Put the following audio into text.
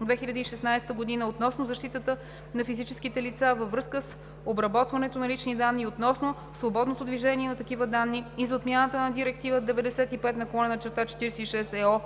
2016 г. относно защитата на физическите лица във връзка с обработването на лични данни и относно свободното движение на такива данни и за отмяна на Директива 95/46/EО